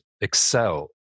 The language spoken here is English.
excel